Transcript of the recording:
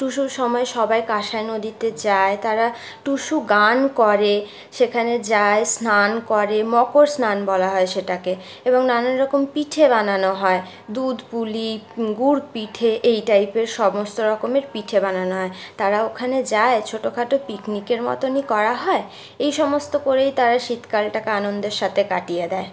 টুসুর সময় সবাই কাঁসাই নদীতে যায় তারা টুসু গান করে সেখানে যায় স্নান করে মকর স্নান বলা হয় সেটাকে এবং নানানরকম পিঠে বানানো হয় দুধ পুলি গুড় পিঠে এই টাইপের সমস্ত রকমের পিঠে বানানো হয় তারা ওখানে যায় ছোটো খাটো পিকনিকের মতনই করা হয় এই সমস্ত করেই তারা শীতকালটাকে আনন্দের সাথে কাটিয়ে দেয়